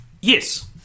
Yes